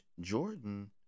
Jordan